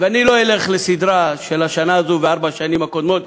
ואני לא אלך לסדרה של השנה הזאת וארבע השנים הקודמות,